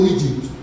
Egypt